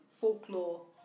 folklore